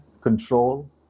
control